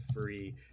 free